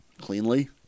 cleanly